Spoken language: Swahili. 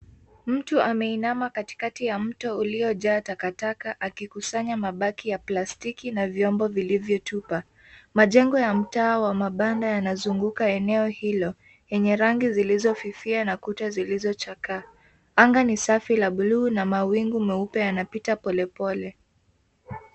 Mtu ameinama katikati ya mto uliojaa takataka akikusanya mabaki ya plastiki na vyombo vilivyotupa. Majengo ya mtaa wa mabanda yanazunguka eneo hilo, yenye rangi zilizofifia na kuta zilizochakaa. Anga ni safi la bluu na mawingu meupe yanapita polepole,